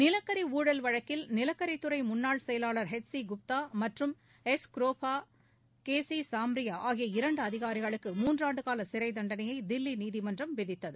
நிலக்கரி ஊழல் வழக்கில் நிலக்கரித்துறை முன்னாள் செயலாளர் எச் சி குப்தா மற்றும் S Kropha K C Samria ஆகிய இரண்டு அதிகாரிகளுக்கு மூன்றாண்டுகால சிறைத்தண்டனையை தில்லி நீதிமன்றம் விதித்தது